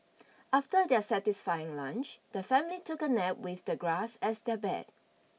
after their satisfying lunch the family took a nap with the grass as their bed